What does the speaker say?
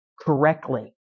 correctly